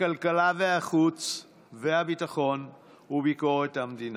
הכלכלה, החוץ והביטחון וביקורת המדינה.